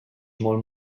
molt